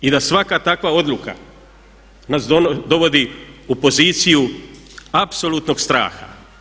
I da svaka takva odluka nas dovodi u poziciju apsolutnog straha.